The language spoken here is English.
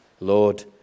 Lord